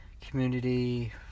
Community